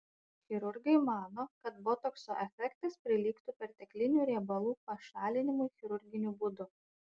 chirurgai mano kad botokso efektas prilygtų perteklinių riebalų pašalinimui chirurginiu būdu